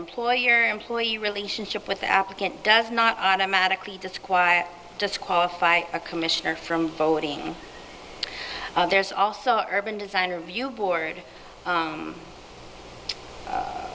employer employee relationship with the applicant does not automatically disquiet disqualify a commissioner from voting there's also urban design review board